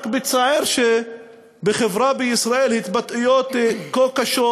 רק מצער שבחברה בישראל התבטאויות כה קשות